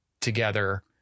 together